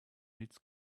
needs